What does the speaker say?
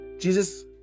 Jesus